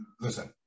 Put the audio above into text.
listen